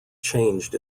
changed